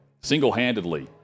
single-handedly